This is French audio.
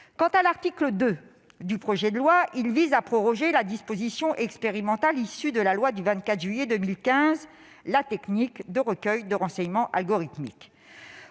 Quant à l'article 2 du projet de loi, il vise à proroger la disposition expérimentale issue de la loi du 24 juillet 2015 relative au renseignement : la technique de recueil de renseignements algorithmique.